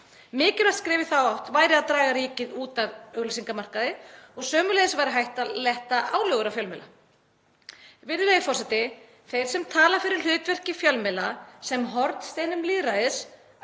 Mikilvægt skref í þá átt væri að draga ríkið út af auglýsingamarkaði og sömuleiðis væri hægt að létta álögum á fjölmiðla. Virðulegi forseti. Þeir sem tala fyrir hlutverki fjölmiðla sem hornsteina lýðræðis